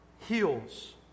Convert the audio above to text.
heals